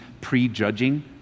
Prejudging